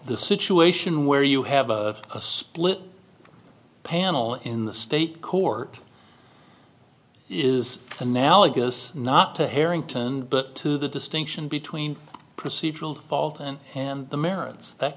the situation where you have a split panel in the state court is analogous not to harrington but to the distinction between procedural fault and and the